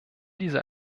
dieser